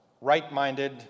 right-minded